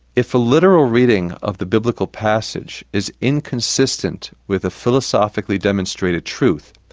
if a literal reading of the biblical passage is inconsistent with the philosophically demonstrated truth,